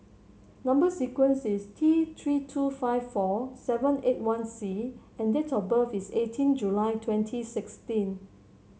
number sequence is T Three two five four seven eight one C and date of birth is eighteen July twenty sixteen